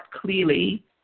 clearly